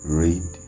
read